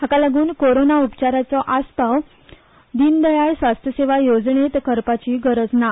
हाका लागून कोरोना उपचारांचो आसपाव दीनदयाळ स्वास्थ सेवा येवजणेत करपाची गरज ना